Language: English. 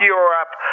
Europe